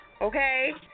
Okay